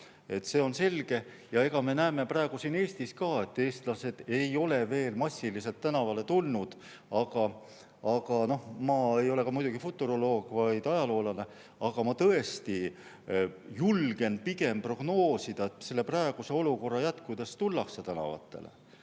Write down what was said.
see on selge. Me näeme praegu Eestis ka, et eestlased ei ole veel massiliselt tänavale tulnud. Ma ei ole muidugi futuroloog, vaid ajaloolane, aga ma julgen prognoosida, et praeguse olukorra jätkudes tullakse tänavatele.